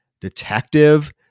Detective